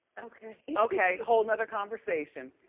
okay? okay. hold another conversation.